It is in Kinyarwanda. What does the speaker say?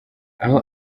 aho